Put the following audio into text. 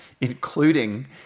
including